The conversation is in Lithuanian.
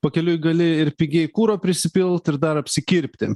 pakeliui gali ir pigiai kuro prisipilt ir dar apsikirpti